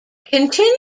continued